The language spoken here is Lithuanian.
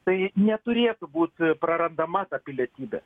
tai neturėtų būt prarandama ta pilietybė